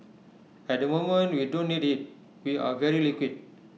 at the moment we don't need IT we are very liquid